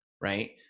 right